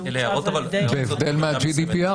בהבדל מה-GDPR,